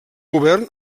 govern